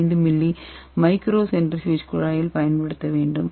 5 milli micro centrifuge குழாயில் பயன்படுத்த வேண்டும்